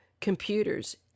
computers